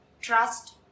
trust